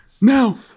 Now